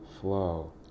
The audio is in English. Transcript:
flow